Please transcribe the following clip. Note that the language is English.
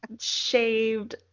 shaved